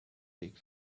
big